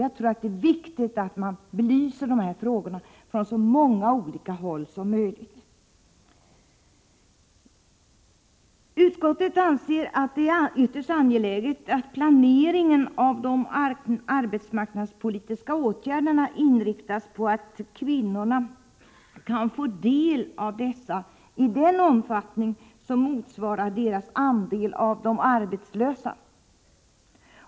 Jag tror att det är viktigt att man belyser dessa frågor från så många olika håll som möjligt. Utskottet anser att det är ytterst angeläget att planeringen av de arbetsmarknadspolitiska åtgärderna inriktas på att kvinnorna skall få del av dessa i den omfattning som motsvarar deras andel av de arbetslösa.